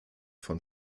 von